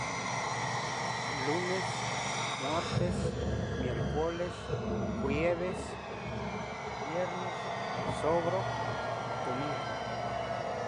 Lunes, muartes, miercolex, juieves, viernes, saboroh, domincu.